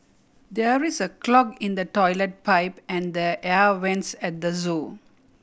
there is a clog in the toilet pipe and the air vents at the zoo